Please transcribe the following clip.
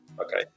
Okay